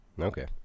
Okay